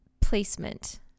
placement